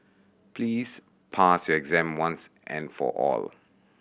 please pass your exam once and for all